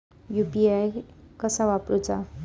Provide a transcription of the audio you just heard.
UPI कसा वापरूचा?